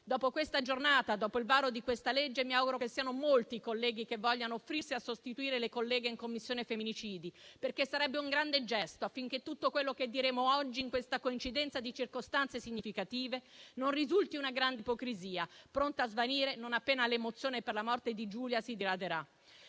Dopo questa giornata, dopo il varo di questa legge, mi auguro che siano molti i colleghi che vogliano offrirsi a sostituire le colleghe in Commissione femminicidio. Sarebbe un grande gesto, affinché tutto quello che diremo oggi, in questa coincidenza di circostanze significative, non risulti una grande ipocrisia, pronta a svanire non appena l'emozione per la morte di Giulia si diraderà.